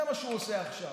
זה מה שהוא עושה עכשיו.